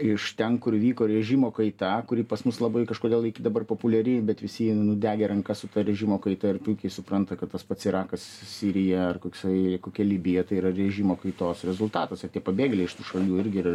iš ten kur vyko režimo kaita kuri pas mus labai kažkodėl iki dabar populiari bet visi nudegę rankas su ta režimo kaita ir puikiai supranta kad tas pats irakas sirija ar koksai kokia libija tai yra režimo kaitos rezultatas ir tie pabėgėliai iš tų šalių ir irgi yra